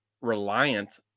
reliant